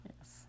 Yes